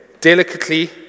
delicately